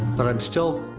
but i'm still,